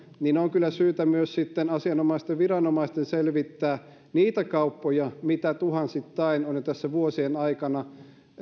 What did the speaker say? on kyllä syytä myös sitten asianomaisten viranomaisten selvittää niitä kauppoja mitä tuhansittain on jo tässä vuosien aikana